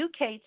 UK